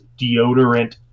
deodorant